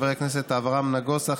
חבר הכנסת אברהם נגוסה,